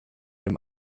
dem